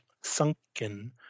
sunken